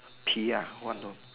pee ah one no